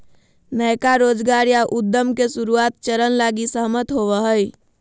नयका रोजगार या उद्यम के शुरुआत चरण लगी सहमत होवो हइ